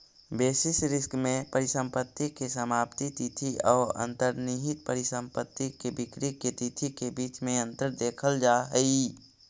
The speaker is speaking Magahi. बेसिस रिस्क में परिसंपत्ति के समाप्ति तिथि औ अंतर्निहित परिसंपत्ति के बिक्री के तिथि के बीच में अंतर देखल जा हई